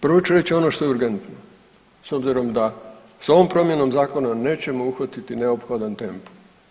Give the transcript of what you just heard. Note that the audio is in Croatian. Prvo ću reći ono što je urgentno s obzirom da s ovom promjenom zakona nećemo uhvatiti neophodan tempo.